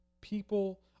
people